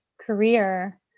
career